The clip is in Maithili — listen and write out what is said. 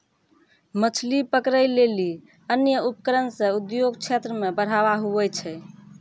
मछली पकड़ै लेली अन्य उपकरण से उद्योग क्षेत्र मे बढ़ावा हुवै छै